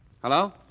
Hello